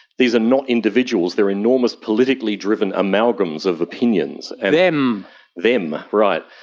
these are not individuals, they are enormous politically driven amalgams of opinions. and them. them, right.